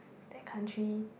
that country